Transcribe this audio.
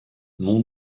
mon